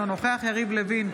אינו נוכח יריב לוין,